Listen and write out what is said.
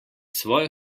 svojo